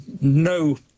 no